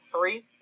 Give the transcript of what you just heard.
three